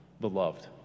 Beloved